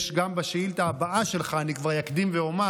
גם לשאילתה הבאה שלך אני כבר אקדים ואומר